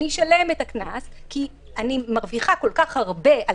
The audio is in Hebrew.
אני אשלם את הקנס כי אני מרוויח כל כך הרבה על